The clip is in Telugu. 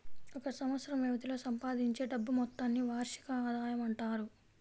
ఒక సంవత్సరం వ్యవధిలో సంపాదించే డబ్బు మొత్తాన్ని వార్షిక ఆదాయం అంటారు